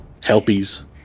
Helpies